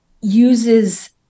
uses